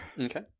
Okay